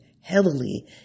heavily